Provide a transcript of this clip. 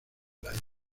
daños